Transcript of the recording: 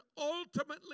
ultimately